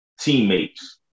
teammates